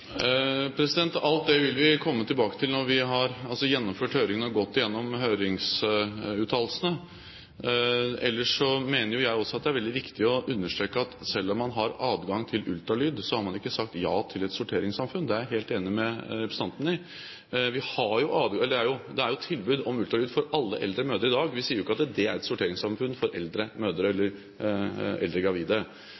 når vi har gjennomført høringen og gått igjennom høringsuttalelsene. Ellers mener jeg også at det er veldig viktig å understreke at selv om man har adgang til ultralyd, har man ikke sagt ja til et sorteringssamfunn. Det er jeg helt enig med representanten i. Det er jo tilbud om ultralyd for alle eldre mødre i dag. Vi sier jo ikke at det er et sorteringssamfunn for eldre mødre